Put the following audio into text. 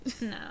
no